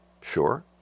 sure